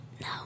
No